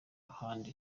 ahandi